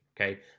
okay